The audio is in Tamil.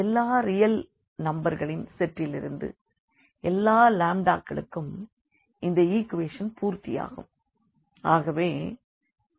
எல்லா ரியல் நம்பர்களின் செட்டிலிருந்து எல்லா களுக்கும் இந்த ஈக்வெஷன் பூர்த்தியாகும்